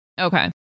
Okay